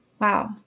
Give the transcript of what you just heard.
Wow